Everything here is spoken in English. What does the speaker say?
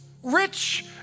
rich